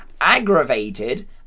aggravated